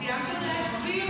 סיימת להסגביר?